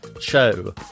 show